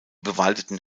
bewaldeten